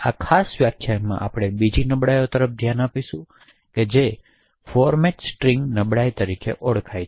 આ ખાસ વ્યાખ્યાનમાં આપણે બીજી નબળાઈઓ પર ધ્યાન આપીશું જે ફોર્મેટ સ્ટ્રિંગ નબળાઈ તરીકે ઓળખાય છે